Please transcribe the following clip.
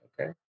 okay